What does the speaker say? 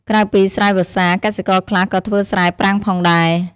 ក្រៅពីស្រែវស្សា កសិករខ្លះក៏ធ្វើស្រែប្រាំងផងដែរ។